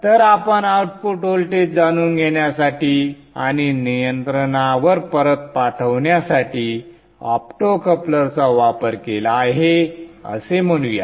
तर आपण output voltage जाणून घेण्यासाठी आणि नियंत्रणावर परत पाठवण्यासाठी ऑप्टोकपलरचा वापर केला आहे असे म्हणूया